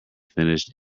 finished